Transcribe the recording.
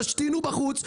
תשתינו בחוץ.